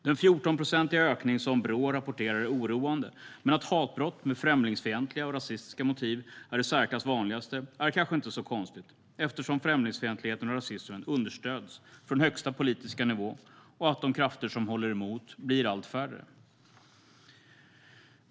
Den 14-procentiga ökning som Brå rapporterar om är oroande, men att hatbrott med främlingsfientliga och rasistiska motiv är det i särklass vanligaste är kanske inte så konstigt eftersom främlingsfientligheten och rasismen understöds från högsta politiska nivå och de krafter som håller emot blir allt färre.